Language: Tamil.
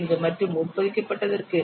35 மற்றும் உட்பொதிக்கப்பட்டதற்கு 0